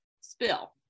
spill